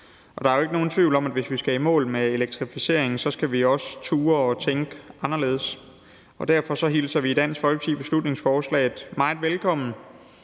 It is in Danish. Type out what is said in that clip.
Der er jo ikke nogen tvivl om, at hvis vi skal nå i mål med elektrificeringen, skal vi også turde at tænke anderledes. Derfor hilser vi i Dansk Folkeparti beslutningsforslaget meget velkommen,